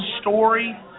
story